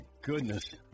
goodness